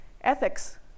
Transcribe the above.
ethics